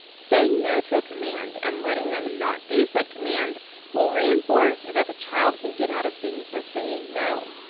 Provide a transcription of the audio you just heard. saying no to a command and letting them not do said command will reinforce that the child can get out of things by saying no.